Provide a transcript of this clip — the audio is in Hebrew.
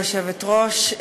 גברתי היושבת-ראש,